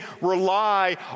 rely